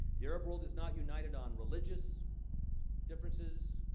the arab world is not united on religious differences,